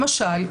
למשל,